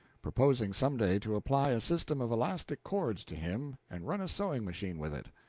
purposing some day to apply a system of elastic cords to him and run a sewing machine with it.